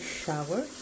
shower